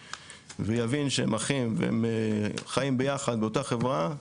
ויבין שהם אחים וחיים ביחד באותה חברה,